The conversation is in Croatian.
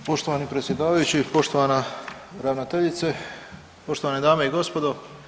Poštovani predsjedavajući, poštovana ravnateljice, poštovane dame i gospodo.